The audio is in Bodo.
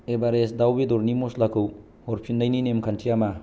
एभारेस्ट दाउ बेदरनि मस्लाखौ हरफिन्नायनि नेमखान्थिया मा